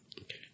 Okay